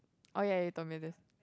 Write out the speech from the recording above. oh ya you told me this